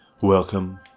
Welcome